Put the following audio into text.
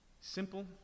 simple